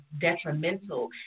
detrimental